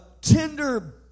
tender